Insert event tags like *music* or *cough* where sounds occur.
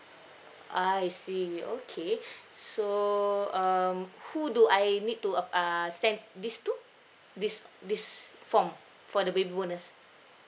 I see okay *breath* so um who do I need to ap~ uh send this to this this form for the baby bonus